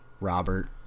Robert